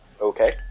Okay